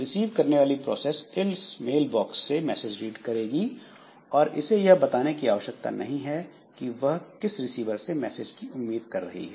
receive करने वाली process इस मेल बॉक्स से मैसेज रीड करेगी और इसे यह बताने की आवश्यकता नहीं कि वह किस रिसीवर से मैसेज की उम्मीद कर रही है